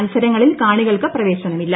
മത്സരങ്ങളിൽ കാണികൾക്ക് പ്രവേശനം ഇല്ല